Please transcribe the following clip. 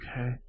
okay